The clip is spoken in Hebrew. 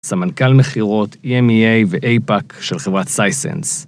סמנכל מחירות EMEA ו-APAC של חברת סייסנס